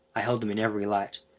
i held them in every light.